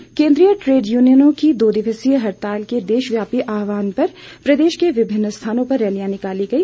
हड़ताल केंद्रीय ट्रेड यूनियनों की दो दिवसीय हड़ताल के देशव्यापी आहवान पर प्रदेश के विभिन्न स्थानों पर रैलियां निकाली गई